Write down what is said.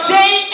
day